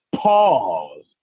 pause